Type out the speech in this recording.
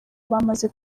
bamaze